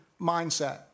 mindset